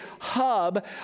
hub